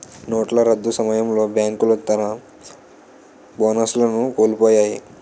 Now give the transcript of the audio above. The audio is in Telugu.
నోట్ల రద్దు సమయంలో బేంకులు తన బోనస్లను కోలుపొయ్యాయి